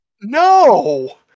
no